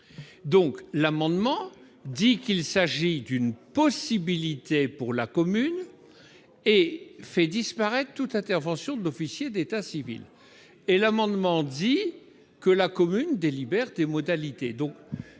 donc l'amendement dit qu'il s'agit d'une possibilité pour la commune et fait disparaître toute intervention de l'officier d'état civil et l'amendement dit que la commune des libertés modalités